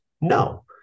No